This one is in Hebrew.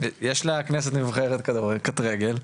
יש לכנסת נבחרת קט-רגל.